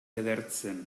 edertzen